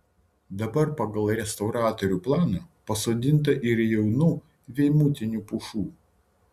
dabar pagal restauratorių planą pasodinta ir jaunų veimutinių pušų